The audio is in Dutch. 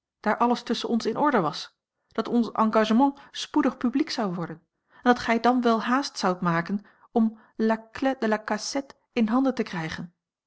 daar alles tusschen ons in orde was dat ons engagement spoedig publiek zou worden en dat gij dan wel haast zoudt maken om la clef de la cassette in handen te krijgen